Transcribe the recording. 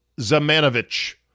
Zamanovich